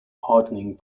hardening